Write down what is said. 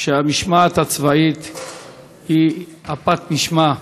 שהמשמעת הצבאית היא נשמת אפו